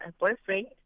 boyfriend